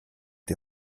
die